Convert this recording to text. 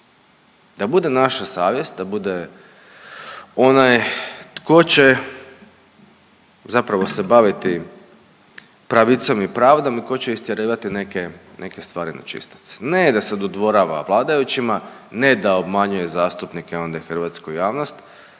da bude naša savjest, da bude onaj tko će zapravo se baviti pravicom i pravdom i tko će istjerivati neke, neke stvari na čistac. Ne da se dodvorava vladajućima, ne da obmanjuje zastupnike, onda i hrvatsku javnost,